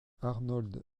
arnold